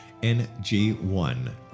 NG1